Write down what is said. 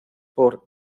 por